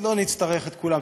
לא נצטרך את כולן.